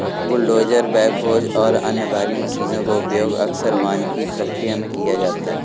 bulldozer backhoes और अन्य भारी मशीनों का उपयोग अक्सर वानिकी प्रक्रिया में किया जाता है